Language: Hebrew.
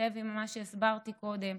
מתכתב עם מה שהסברתי קודם.